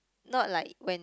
not like when